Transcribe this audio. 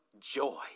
Joy